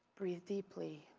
breathe deeply.